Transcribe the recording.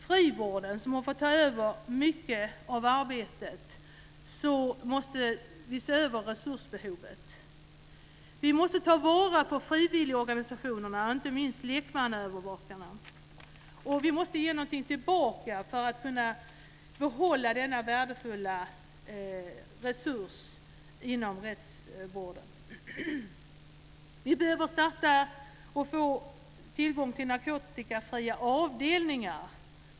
Frivården har fått ta över mycket av arbetet. Där måste vi se över resursbehovet. Vi måste ta vara på frivilligorganisationer, inte minst lekmannaövervakarna. Vi måste ge någonting tillbaka för att kunna behålla denna värdefulla resurs inom rättsvården. Vi behöver få tillgång till narkotikafria avdelningar.